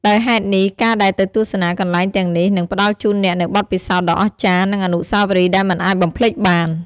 ដោយហេតុនេះ ការដែលទៅទស្សនាកន្លែងទាំងនេះ នឹងផ្តល់ជូនអ្នកនូវបទពិសោធន៍ដ៏អស្ចារ្យ និងអនុស្សាវរីយ៍ដែលមិនអាចបំភ្លេចបាន។